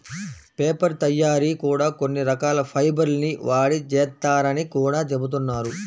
paper తయ్యారీ కూడా కొన్ని రకాల ఫైబర్ ల్ని వాడి చేత్తారని గూడా జెబుతున్నారు